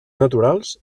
naturals